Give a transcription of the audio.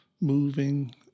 moving